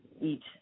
eat